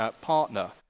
partner